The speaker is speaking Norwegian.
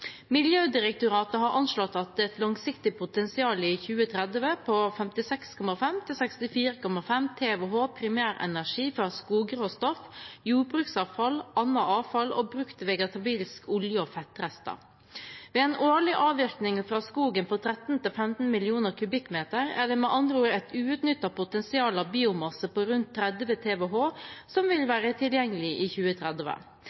Miljødirektoratet har anslått et langsiktig potensial i 2030 på 56,5–64,5 TWh primærenergi fra skogråstoff, jordbruksavfall, annet avfall og brukt vegetabilsk olje og fettrester. Ved en årlig avvirkning fra skogen på 13–15 millioner kubikkmeter er det med andre ord et uutnyttet potensial av biomasse på rundt 30 TWh som vil